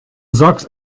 socks